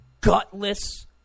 gutless